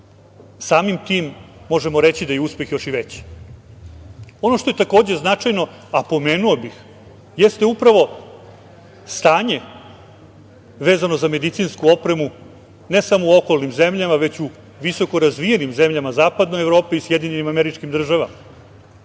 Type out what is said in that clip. samim tim možemo reći da je uspeh još veći. Ono što je takođe značajno, a pomenuo bih, jeste upravo stanje vezano za medicinsku opremu, ne samo u okolnim zemljama, već u visoko razvijenim zemljama zapadne Evrope i SAD.Reći ću vam,